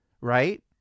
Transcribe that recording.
Right